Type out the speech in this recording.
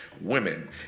women